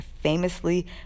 famously